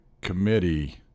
committee